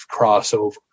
crossover